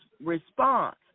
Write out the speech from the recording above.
response